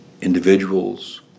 individuals